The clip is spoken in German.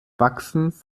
wachsens